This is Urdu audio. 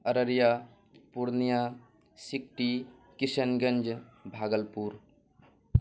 ارریہ پورنیہ شکتی کشن گنج بھاگلپور